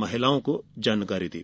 महिलाओं को जानकारी दी